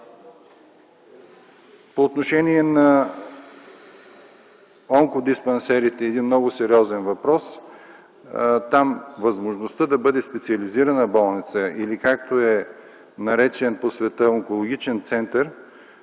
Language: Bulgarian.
По отношение на онкодиспансерите – много сериозен въпрос. Там възможността да бъде специализирана болница или както е наречена по света – онкологичен център,